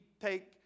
take